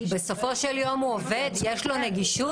בסופו של יום הוא עובד שיש לו נגישות.